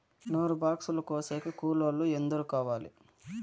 నూరు బాక్సులు కోసేకి కూలోల్లు ఎందరు కావాలి?